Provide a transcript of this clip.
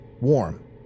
Warm